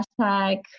hashtag